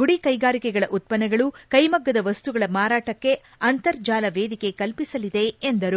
ಗುಡಿಕೈಗಾರಿಕೆಗಳ ಉತ್ಪನ್ನಗಳು ಕೈಮಗ್ಗದ ವಸ್ತುಗಳ ಮಾರಾಟಕ್ಕೆ ಅಂತರ್ಜಾಲ ವೇದಿಕೆ ಕಲ್ಪಿಸಲಿದೆ ಎಂದರು